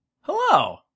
Hello